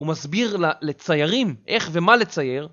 הוא מסביר לציירים איך ומה לצייר